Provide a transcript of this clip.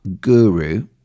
guru